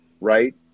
right